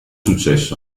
successo